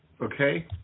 okay